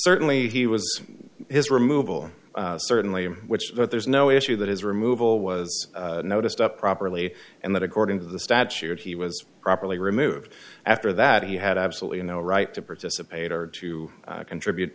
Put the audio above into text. certainly he was his removal certainly which but there's no issue that his removal was noticed up properly and that according to the statute he was properly removed after that he had absolutely no right to participate or to contribute